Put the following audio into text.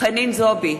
חנין זועבי,